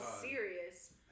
serious